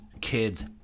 kids